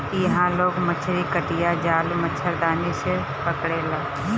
इहां लोग मछरी कटिया, जाल, मछरदानी से पकड़ेला